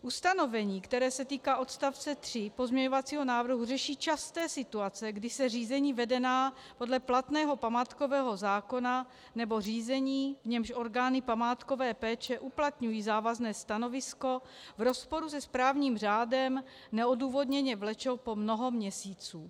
Ustanovení, které se týká odstavce 3 pozměňovacího návrhu, řeší časté situace, kdy se řízení vedená podle platného památkového zákona nebo řízení, v němž orgány památkové péče uplatňují závazné stanovisko v rozporu se správním řádem, neodůvodněně vlečou po mnoho měsíců.